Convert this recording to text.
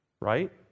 Right